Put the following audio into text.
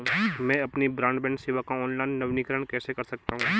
मैं अपनी ब्रॉडबैंड सेवा का ऑनलाइन नवीनीकरण कैसे कर सकता हूं?